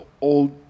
old